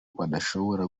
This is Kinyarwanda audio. badashobora